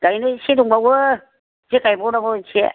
गायनो इसे दंबावो एसे गायबावनांगौ इसे